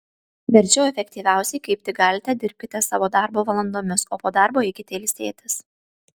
verčiau efektyviausiai kaip tik galite dirbkite savo darbo valandomis o po darbo eikite ilsėtis